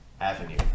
avenue